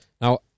Now